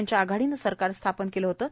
यांच्या आघाडीनं सरकार स्थापन केलं होतं